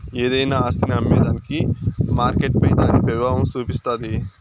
ఏదైనా ఆస్తిని అమ్మేదానికి మార్కెట్పై దాని పెబావం సూపిస్తాది